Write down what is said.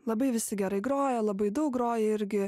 labai visi gerai groja labai daug groja irgi